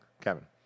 Kevin